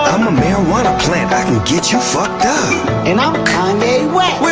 marijuana plant, i can get you fucked up and i'm kanye west